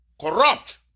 corrupt